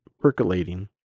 percolating